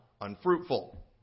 unfruitful